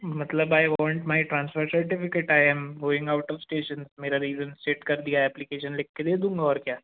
मतलब I want my transfer certificate I am going out of station मेरा reason set कर दिया है अप्लीकेशन लिख कर दे दूँगा और क्या